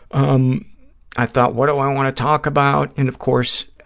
um i thought, what do i want to talk about? and of course,